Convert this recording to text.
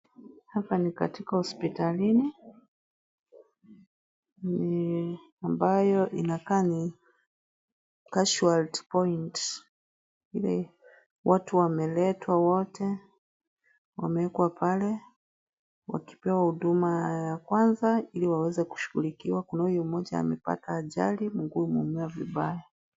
Hapa ni katika hospitalini, ni ambayo inakaa ni casualty point ile watu wameletwa wote, wamewekwa pale wakipewa huduma ya kwanza ili waweze kushughulikiwa, kuna huyo mmoja amepata ajali, mguu umeumia vibaya.